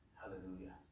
Hallelujah